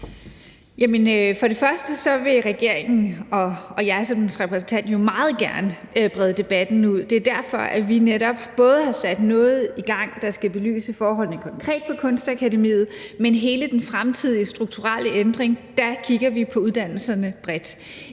for det første vil regeringen og jeg som dens repræsentant jo meget gerne brede debatten ud. Det er derfor, vi netop har sat noget i gang, der skal belyse forholdene konkret for Kunstakademiet, men også i forhold til hele den fremtidige strukturelle ændring kigger vi på uddannelserne bredt.